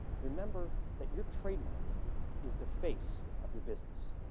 remember that your trademark is the face of your business.